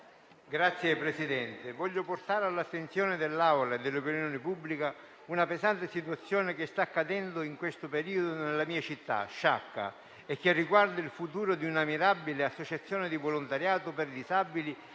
Signor Presidente, vorrei portare all'attenzione dell'Assemblea e dell'opinione pubblica una pesante situazione che sta accadendo in questo periodo nella mia città, Sciacca, che riguarda il futuro di una mirabile associazione di volontariato per disabili